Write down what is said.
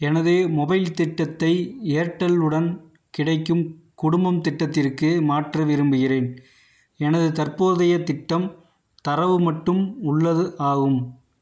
எனது மொபைல் திட்டத்தை ஏர்டெல் உடன் கிடைக்கும் குடும்பம் திட்டத்திற்கு மாற்ற விரும்புகிறேன் எனது தற்போதைய திட்டம் தரவு மட்டும் உள்ளது ஆகும்